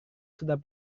sudah